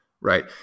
right